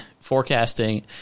forecasting –